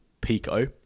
Pico